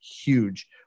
huge